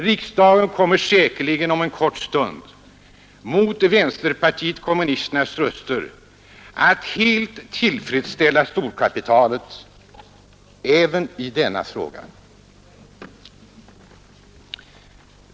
Riksdagen kommer säkerligen om en kort stund, mot vänsterpartiet kommunisternas röster, att helt tillfredsställa storkapitalet även i denna fråga.